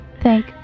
Thank